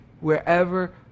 wherever